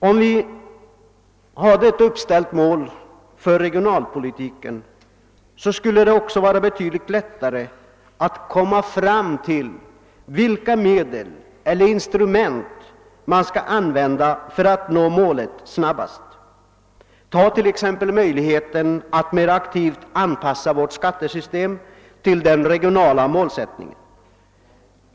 Om vi uppställde ett mål för regionalpolitiken skulle det vara betydligt lättare att komma fram till vilka medel eller instrument som skall användas för att vi snabbast skall nå målet. Ta t.ex. möjligheten att mer aktivt anpassa vårt skattesystem till den regionala målsättningen.